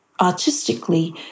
artistically